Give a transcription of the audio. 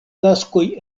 taskoj